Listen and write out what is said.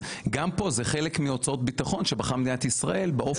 גם פה זה חלק מעלויות ביטחון שבחרה מדינת ישראל באופן